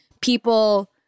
people